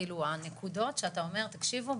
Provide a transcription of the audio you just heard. כאילו הנקודות שאתה אומר 'תקשיבו,